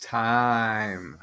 time